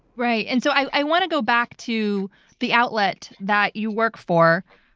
right, and so i want to go back to the outlet that you work for,